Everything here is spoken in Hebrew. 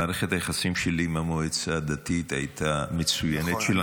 מערכת היחסים שלי עם המועצה הדתית הייתה מצוינת -- נכון,